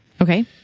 Okay